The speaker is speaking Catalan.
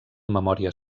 memòria